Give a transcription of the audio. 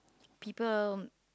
people